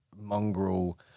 mongrel